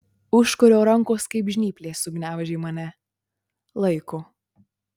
užkurio rankos kaip žnyplės sugniaužė mane laiko